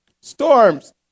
storms